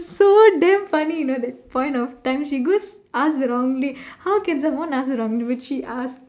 so damn funny you know that point of time she go ask wrongly how can the one ask wrongly but she asked